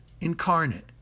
incarnate